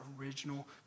original